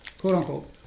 quote-unquote